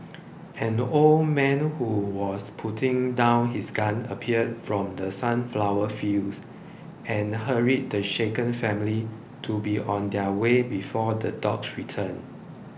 an old man who was putting down his gun appeared from the sunflower fields and hurried the shaken family to be on their way before the dogs return